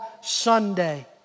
Sunday